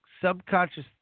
subconscious